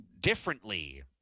differently